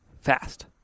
fast